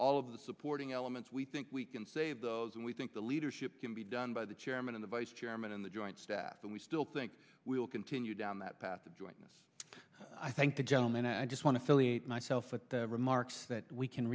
all of the supporting elements we think we can save those and we think the leadership can be done by the chairman and vice chairman in the joint staff but we still think we'll continue down that path of jointness i thank the gentleman i just want to philly myself at the remarks that we can